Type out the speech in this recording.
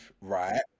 right